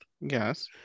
yes